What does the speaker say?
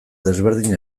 desberdin